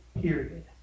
Period